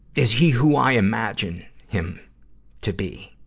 is he who i imagine him to be?